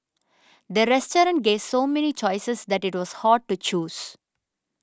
the restaurant gave so many choices that it was hard to choose